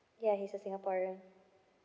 ya he's a singaporean